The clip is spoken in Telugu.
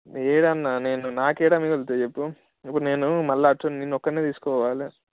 లేదన్న నేను నాకు ఎక్కడ మిగులుతాయి చెప్పు ఇప్పుడు నేను మళ్ళా అటు నిన్ను ఒక్కడినే తీసుకుపోవాలి